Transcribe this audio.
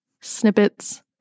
Snippets